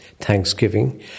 Thanksgiving